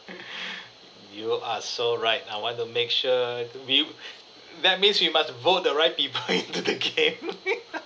you are so right I want to make sure to we that means we must vote the right people into the game